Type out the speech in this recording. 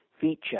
feature